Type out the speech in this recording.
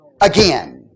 Again